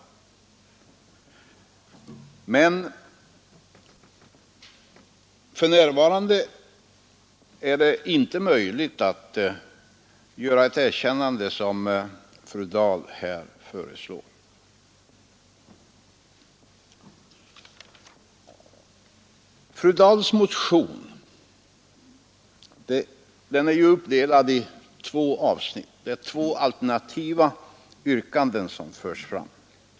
Men för närvarande är det inte möjligt att göra det erkännande som fru Dahl här föreslår Fru Dahls motion är ju uppdelad i två avsnitt — det är två alternativa yrkanden som förs fram.